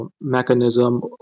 mechanism